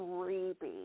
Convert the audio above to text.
creepy